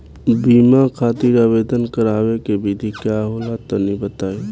बीमा खातिर आवेदन करावे के विधि का होला तनि बताईं?